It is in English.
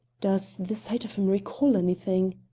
does the sight of him recall anything?